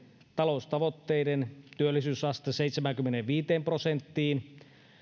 taloustavoitteiden työllisyysaste seitsemäänkymmeneenviiteen prosenttiin